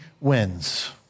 wins